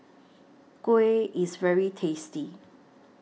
Kuih IS very tasty